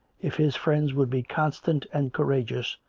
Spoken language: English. if his friends would be constant and courage ous,